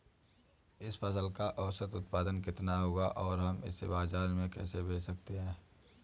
इस फसल का औसत उत्पादन कितना होगा और हम इसे बाजार में कैसे बेच सकते हैं?